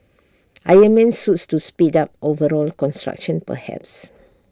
iron man suits to speed up overall construction perhaps